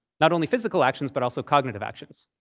not only physical actions, but also cognitive actions.